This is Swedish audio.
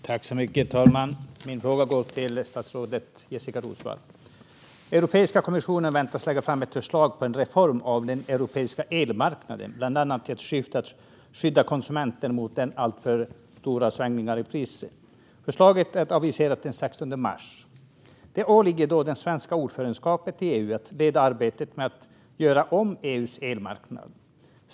Herr talman! Min fråga går till statsrådet Jessika Roswall. Europeiska kommissionen väntas lägga fram ett förslag på en reform av den europeiska elmarknaden, bland annat för att skydda konsumenterna mot alltför stora svängningar i priserna. Förslaget är aviserat till den 16 mars. Det åligger då det svenska ordförandeskapet i EU att leda arbetet med att göra om EU:s elmarknad.